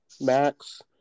max